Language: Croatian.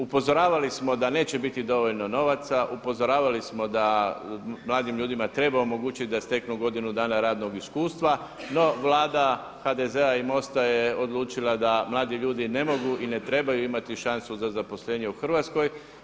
Upozoravali smo da neće biti dovoljno novaca, upozoravali smo da mladim ljudima treba omogućiti da steknu godinu dana radnog iskustva no Vlada HDZ-a i MOST-a je odlučila da mladi ljudi ne mogu i ne trebaju imati šansu za zaposlenje u Hrvatskoj.